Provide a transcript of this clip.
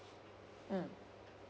mm